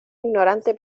ignorante